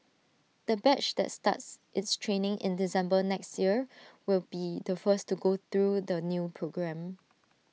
the batch that starts its training in December next year will be the first to go through the new programme